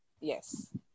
yes